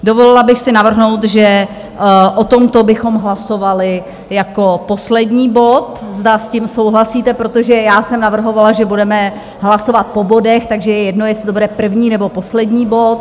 Dovolila bych si navrhnout, že o tomto bychom hlasovali jako poslední bod, zda s tím souhlasíte, protože já jsem navrhovala, že budeme hlasovat po bodech, takže je jedno, jestli to bude první, nebo poslední bod.